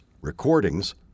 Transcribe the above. recordings